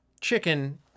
chicken